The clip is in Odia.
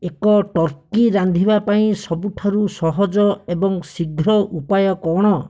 ଏକ ଟର୍କୀ ରାନ୍ଧିବା ପାଇଁ ସବୁଠାରୁ ସହଜ ଏବଂ ଶୀଘ୍ର ଉପାୟ କ'ଣ